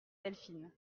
delphine